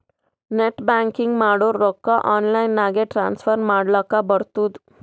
net banking ಮಾಡುರ್ ರೊಕ್ಕಾ online ನಾಗೆ ಟ್ರಾನ್ಸ್ಫರ್ ಮಾಡ್ಲಕ್ ಬರ್ತುದ್